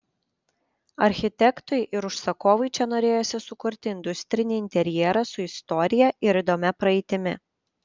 architektui ir užsakovui čia norėjosi sukurti industrinį interjerą su istorija ir įdomia praeitimi